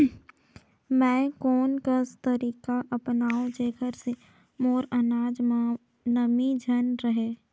मैं कोन कस तरीका अपनाओं जेकर से मोर अनाज म नमी झन रहे?